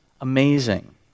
amazing